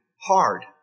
hard